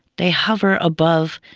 they hover above